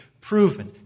proven